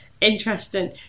Interesting